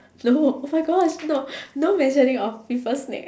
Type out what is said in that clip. no oh my gosh no no mentioning of people's na~